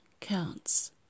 counts